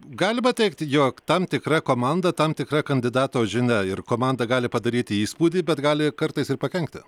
galima teigti jog tam tikra komanda tam tikra kandidato žinia ir komanda gali padaryti įspūdį bet gali kartais ir pakenkti